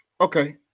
Okay